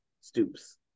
stoops